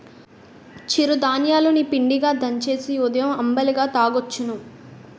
చిరు ధాన్యాలు ని పిండిగా దంచేసి ఉదయం అంబలిగా తాగొచ్చును